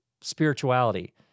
spirituality